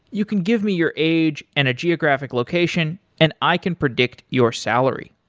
you can give me your age and a geographic location and i can predict your salary.